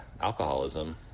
alcoholism